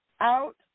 out